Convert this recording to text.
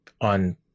on